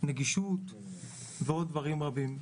בנגישות ובעוד דברים רבים.